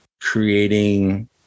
creating